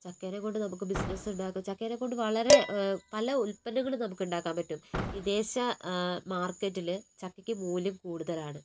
ചക്കേനെക്കൊണ്ട് നമുക്ക് ബിസിനസ്സ് ഉണ്ടാകും ചക്കേനെക്കൊണ്ട് വളരെ പല ഉൽപന്നങ്ങളും നമുക്ക് ഉണ്ടാക്കാൻ പറ്റും വിദേശ മാർക്കറ്റിൽ ചക്കയ്ക്ക് മൂല്യം കൂടുതലാണ്